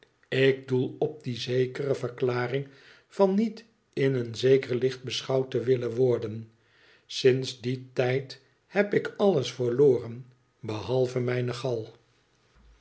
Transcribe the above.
ik doel op die zekere verklaring van niet in een zeker licht beschouwd te willen worden sinds dien tijd heb ik alles verloren behalve mijne gal